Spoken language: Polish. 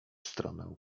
stronę